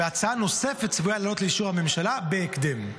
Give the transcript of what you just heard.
והצעה נוספת צפויה לעלות באישור הממשלה בהקדם.